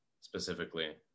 specifically